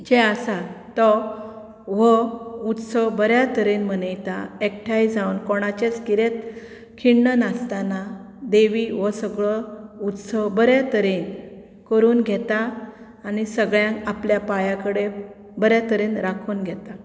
जे आसात तो हो उत्सव बऱ्या तरेन मनयतात एकठांय जावन कोणाचे कितेंच खिण्ण नासताना देवी हो सगळो उत्सव बऱ्या तरेन करून घेता आनी सगळ्यांक आपल्या पांया कडेन बऱ्या तरेन राखून घेता